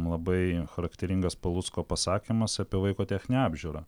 labai charakteringas palucko pasakymas apie vaiko techninę apžiūrą